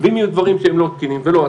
ואם יהיו שהם לא תקינים ולא אצליח,